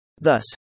Thus